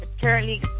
Currently